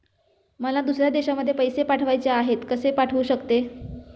मला दुसऱ्या देशामध्ये पैसे पाठवायचे आहेत कसे पाठवू शकते?